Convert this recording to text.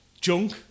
junk